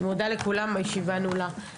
אני מודה לכולם, הישיבה נעולה.